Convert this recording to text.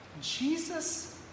Jesus